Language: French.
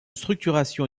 structuration